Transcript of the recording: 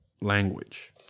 Language